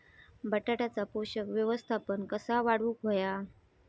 बटाट्याचा पोषक व्यवस्थापन कसा वाढवुक होया?